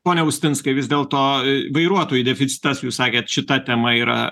ponia austinską vis dėlto vairuotojų deficitas jūs sakėt šita tema yra